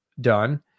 done